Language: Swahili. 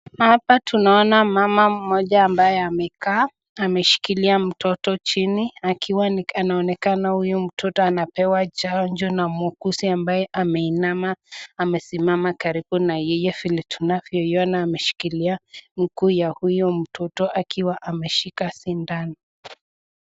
Hapa tunaona mama mmoja ambaye amekaa ameshikilia mtoto chini akiwa anaonekana huyu mtoto anapewa chanjo na muuguzi ambaye ameinama amesimama karibu na yeye. Vile tunavyoiona ameshikilia miguu ya huyu mtoto akiwa ameshika sindano.